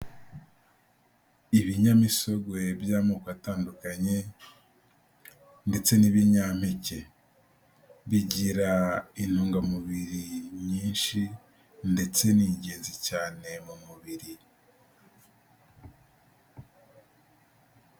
Ibinyamisogwe by'amoko atandukanye ndetse n'ibinyampeke, bigira intungamubiri nyinshi ndetse ni ingenzi cyane mu mubiri.